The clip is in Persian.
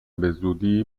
بزودی